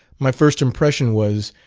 my first impression was,